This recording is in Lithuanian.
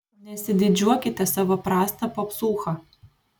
nesididžiuokite savo prasta popsūcha